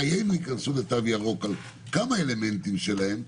חיינו ייכנסו לתו ירוק על כמה אלמנטים שלהם,